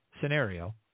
scenario